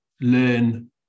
learn